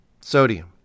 Sodium